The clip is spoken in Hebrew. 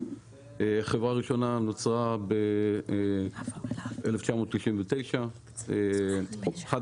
החברה הראשונה נוצרה בשנת 1999. אחת